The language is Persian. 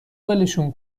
ولشون